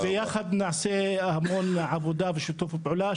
יחד נעשה המון עבודה ושיתוף פעולה.